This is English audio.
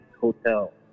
hotel